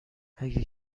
اگه